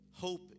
Hope